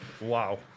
Wow